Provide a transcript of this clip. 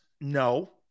No